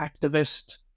activist